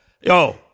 yo